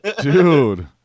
dude